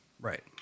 Right